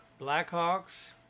Blackhawks